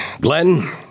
Glenn